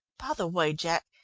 by the way, jack,